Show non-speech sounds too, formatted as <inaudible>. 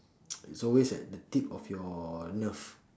<noise> it's always at the tip of your nerve